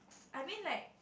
I mean like